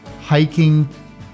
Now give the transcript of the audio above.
hiking